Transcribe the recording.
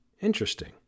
Interesting